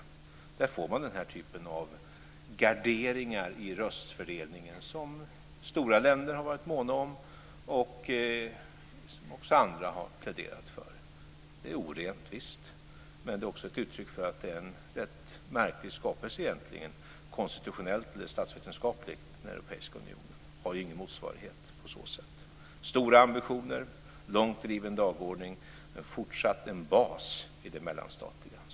Där får man den här typen av garderingar i röstfördelningen som stora länder har varit måna om och som också andra har pläderat för. Det är orent, visst. Men det är också uttryck för att det egentligen är en rätt märklig skapelse konstitutionellt eller statsvetenskapligt. Den europeiska unionen har ju ingen motsvarighet på så sätt. Alltså: stora ambitioner, en långt driven dagordning men fortsatt en bas i det mellanstatliga.